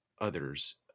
others